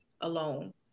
alone